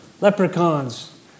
leprechauns